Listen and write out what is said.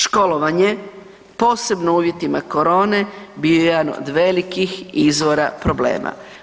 Školovanje posebno u uvjetima korone bio je jedan od velikih izvora problema.